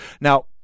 Now